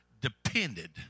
depended